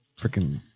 freaking